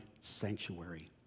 sanctuary